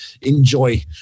enjoy